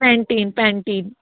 Pantene Pantene